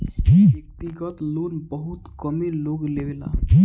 व्यक्तिगत लोन बहुत कमे लोग लेवेला